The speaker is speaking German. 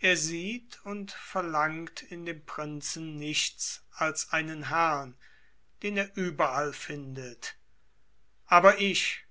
er sieht und verlangt in dem prinzen nichts als einen herrn den er überall findet aber ich